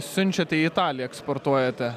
siunčiate į italiją eksportuojate